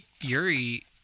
Yuri